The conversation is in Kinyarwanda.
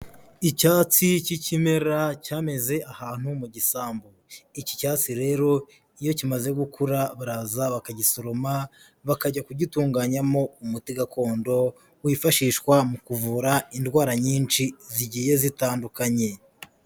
Icyatsi cy'ikimera cyameze ahantu mu gisambu, iki cyatsi rero iyo kimaze gukura baraza bakagisoroma, bakajya kugitunganyamo umuti gakondo wifashishwa mu kuvura indwara nyinshi zigiye zitandukanye.